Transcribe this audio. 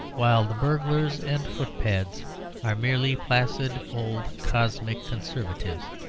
while the burglars and footpads are merely placid old cosmic conservatives,